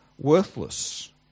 worthless